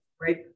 right